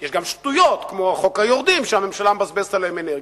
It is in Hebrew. ויש גם שטויות כמו חוק היורדים שהממשלה מבזבזת עליהם אנרגיה.